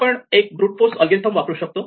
आपण एक brute force algorithm वापरू शकतो